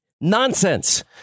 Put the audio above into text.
nonsense